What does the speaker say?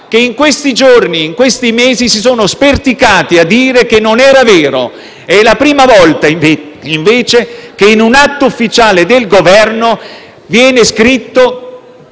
che in questi giorni e mesi si sono "sperticati" a dire che non era vero. È la prima volta invece che in un atto ufficiale del Governo vengono